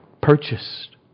Purchased